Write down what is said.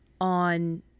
on